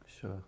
Sure